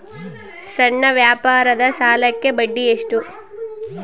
ಸಣ್ಣ ವ್ಯಾಪಾರದ ಸಾಲಕ್ಕೆ ಬಡ್ಡಿ ಎಷ್ಟು?